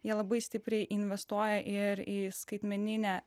jie labai stipriai investuoja ir į skaitmeninę